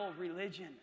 religion